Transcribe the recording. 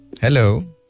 Hello